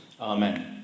Amen